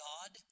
God